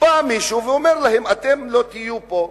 ואומר להם: אתם לא תהיו פה.